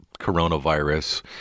coronavirus